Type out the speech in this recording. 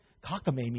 cockamamie